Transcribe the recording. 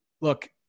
look